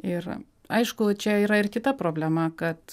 ir aišku čia yra ir kita problema kad